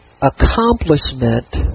accomplishment